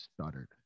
stuttered